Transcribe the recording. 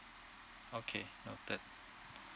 okay noted